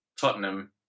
Tottenham